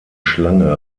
schlange